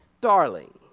Darling